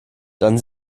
dann